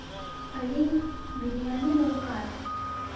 ᱟᱹᱞᱤᱧ ᱵᱤᱨᱭᱟᱱᱤ ᱫᱚᱨᱠᱟᱨ